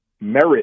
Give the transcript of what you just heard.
merit